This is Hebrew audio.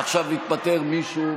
עכשיו התפטר מישהו,